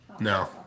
No